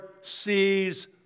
sees